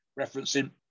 referencing